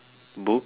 books